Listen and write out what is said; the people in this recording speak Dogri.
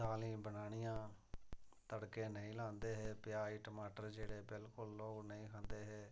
दालीं बनानियां तड़के नेईं लांदे हे प्याज़ टमाटर जेह्ड़े बिलकुल लोक नेईं खंदे हे